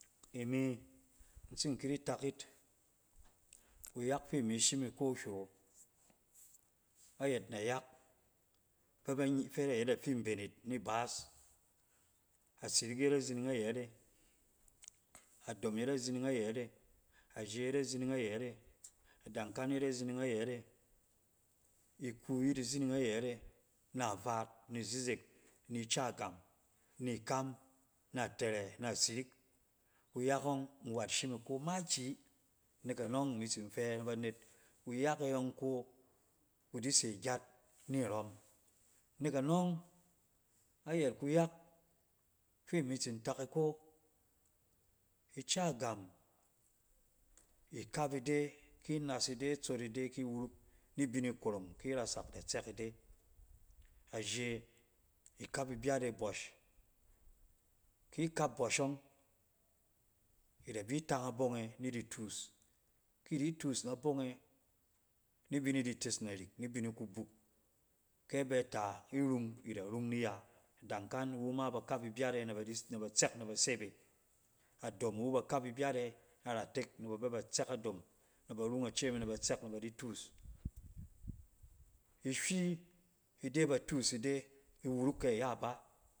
Imi in tsin kidi tak yit, kuyak fi imi shim iko hywɛ wo ayɛt nayak fɛ ba nyafɛ na yet na fi mben yit ni ibaas, asirik yet azining ayɛt e, adom yet azining ayɛt e, aje yet azining ayɛt e, adankan yet azining ayɛt e, iku yet izining ayɛt e na vaat, ni zizek, ni ica gam, ni kam, na tɛrɛ, na sirik. kuyak ɔng, nwat shim yi iko makiyi. Nek anɔng imi tsin fɛ na banet kuyat e yɔng ko, ku di se gyat nirɔm. Nek anɔng, ayɛt kuyat fi mi tsin tak iko, ka gam, ikap ide, ki inas ide itsot ide ki iwuruk, ni bi ni korong ki rasak, da tsɛk ide. Aje, ikap ibyat e bɔsh, ki kap bɔsh ɔng, ida bi tang abong e ni di tuus, ki di tuus na bonge ni bi ni di tes narik, ni bi ni kubuk, kɛ abɛ ta irun, da rung ni ya. Adankan iwu ma ba kap ibyat e naba di tsna ba tsɛk, na ba sep e. Adom iwu ba kap ibyat e aratek na ba bɛ ba tsɛk adom ina ba rung ace me naba tsɛk na ba di tuus. Ihywi, ide ba tuus ide iwuruk kɛ ayaba,